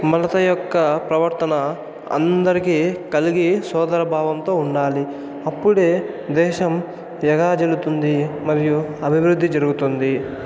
మడత యొక్క ప్రవర్తన అందరికీ కలిగి సోదరభావంతో ఉండాలి అప్పుడే దేశం విరాజల్లుతుంది మరియు అభివృద్ది జరుగుతుంది